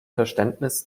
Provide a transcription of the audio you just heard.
verständnis